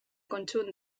conjunt